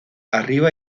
arriba